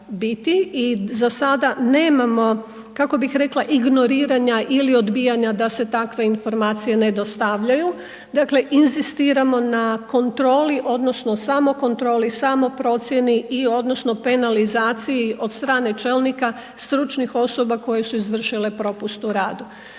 i za sada nemamo kako bih rekla, ignoriranja ili odbijanja da se takve informacije ne dostavljaju, dakle inzistiramo na kontroli odnosno samokontroli, samoprocjeni i odnosno penalizaciji od strane čelnika stručnih osoba koje su izvršile propust u radu.